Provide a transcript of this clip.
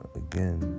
again